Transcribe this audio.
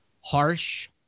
harsh